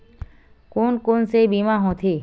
कोन कोन से बीमा होथे?